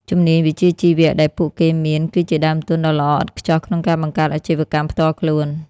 ជំនាញវិជ្ជាជីវៈដែលពួកគេមាន គឺជាដើមទុនដ៏ល្អឥតខ្ចោះក្នុងការបង្កើតអាជីវកម្មផ្ទាល់ខ្លួន។